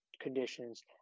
conditions